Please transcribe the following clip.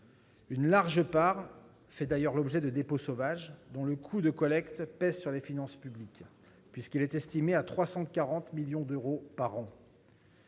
Une large part fait d'ailleurs l'objet de dépôts sauvages, dont le coût de collecte pèse sur les finances publiques, puisqu'il est estimé à 340 millions d'euros par an.